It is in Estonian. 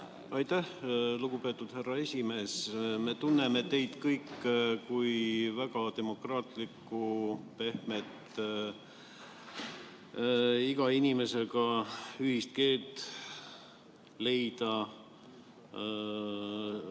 Aitäh, lugupeetud härra esimees! Me tunneme teid kõik kui väga demokraatlikku, pehmet ja iga inimesega ühist keelt leida